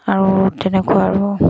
আৰু তেনেকুৱা আৰু